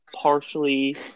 partially